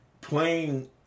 playing